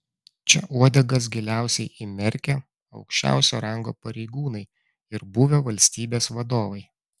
čia uodegas giliausiai įmerkę aukščiausio rango pareigūnai ir buvę valstybės vadovai